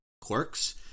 quirks